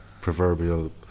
proverbial